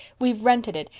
we've rented it,